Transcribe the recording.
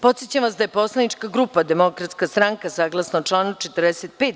Podsećam vas da je poslanička grupa Demokratska stranka saglasno članu 45.